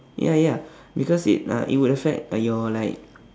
ya ya because it uh it will affect your like